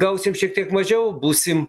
gausim šiek tiek mažiau būsim